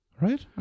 right